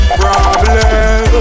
problem